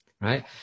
right